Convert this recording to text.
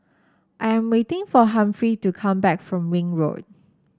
I am waiting for Humphrey to come back from Ring Road